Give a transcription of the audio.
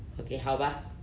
okay 好吧